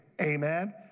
Amen